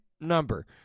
number